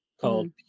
called